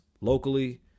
locally